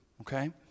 Okay